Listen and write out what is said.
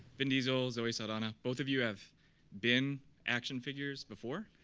vin diesel, zoe saldana, both of you have been action figures before.